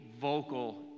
vocal